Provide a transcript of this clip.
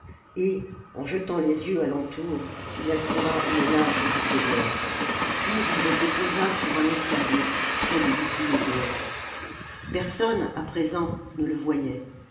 et en jetant les yeux à l'entour il aspira une large bouffée d'air puis il le déposa sur un escabeau près des boucliers d'or personne à présent ne le voyait